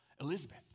Elizabeth